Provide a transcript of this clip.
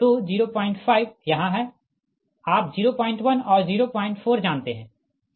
तो 05 यहाँ है आप 01 और 04 जानते है